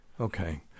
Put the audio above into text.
Okay